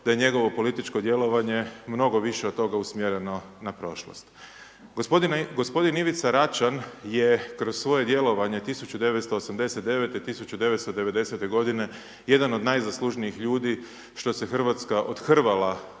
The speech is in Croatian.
da je njegovo političko djelovanje mnogo više od toga usmjereno na prošlost. Gospodin Ivica Račan je kroz svoje djelovanje 1989.-1990. godine jedan od najzaslužnijih ljudi što se Hrvatska odhrvala